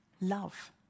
love